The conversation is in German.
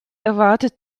erwartet